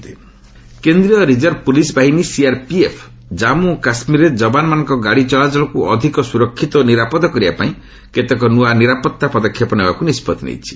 CRPF SOP କେନ୍ଦ୍ରୀୟ reserve police ବାହିନୀ CRPF Jammu କାଶ୍ମୀରରେ ଯବାନମାନଙ୍କ ଗାଡ଼ି ଚଳାଚଳକୁ ଅଧିକ ସ୍ୱରକ୍ଷିତ ଓ ନିରାପଦ କରିବା ପାଇଁ କେତେକ ନୂଆ ନିରାପତ୍ତା ପଦକ୍ଷେପ ନେବାକୁ ନିଷ୍ପଭି ନେଇଛି